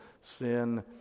sin